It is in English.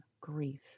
grief